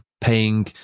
paying